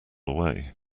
away